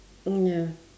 ya